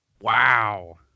Wow